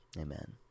Amen